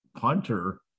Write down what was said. punter